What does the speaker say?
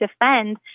defend